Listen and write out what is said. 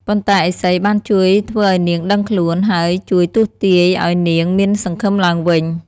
ប៉ុន្តែឥសីបានជួយធ្វើឱ្យនាងដឹងខ្លួន ហើយជួយទស្សន៍ទាយឱ្យនាងមានសង្ឃឹមឡើងវិញ។